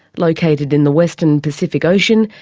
located in the western pacific ocean,